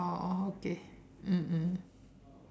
oh oh okay mm mm